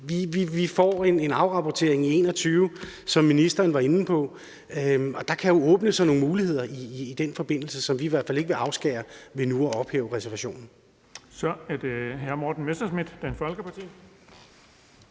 Vi får en afrapportering i 2021, som ministeren var inde på, og der kan jo åbne sig nogle muligheder i den forbindelse, som vi i hvert fald ikke vil afskære os fra ved nu at ophæve reservationen. Kl. 17:40 Den fg. formand (Erling